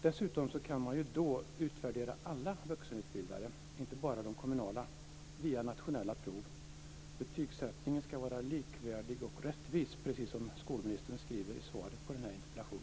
Dessutom kan man då utvärdera alla vuxenutbildare - inte bara de kommunala - via nationella prov. Betygssättningen ska vara likvärdig och rättvis, precis som skolministern skriver i svaret på denna interpellation.